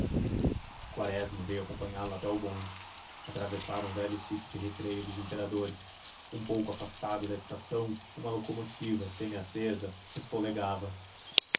quaresma veio acompanhá-lo até ao bonde atravessaram o velho sítio de recreio dos imperadores um pouco afastada da estação uma locomotiva semi acesa resfolegava